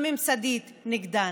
הממסדית נגדן,